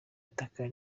itaka